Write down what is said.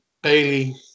Bailey